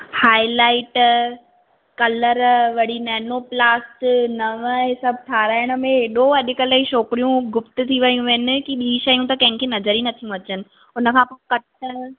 highlight colour वरी नैनोप्लास्ट नव इहे सभु ठहिराइणु में एॾो अॼुकल्ह जी छोकिरियूं गुप्त थी वयूं आहिनि कि ॿी शयूं त कंहिंखे नज़र ई नथियूं अचनि उन खां पोइ कट